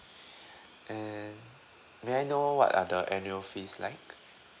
and may I know what are the annual fees like